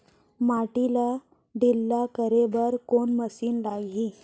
माटी ला ढिल्ला करे बर कोन मशीन लागही?